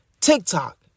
TikTok